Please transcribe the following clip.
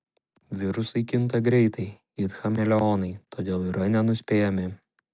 virusai kinta greitai it chameleonai todėl yra nenuspėjami